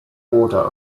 order